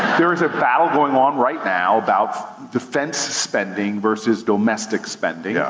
there is a battle going on right now about defense spending versus domestic spending. yeah